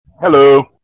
Hello